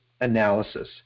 analysis